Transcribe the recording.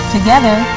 Together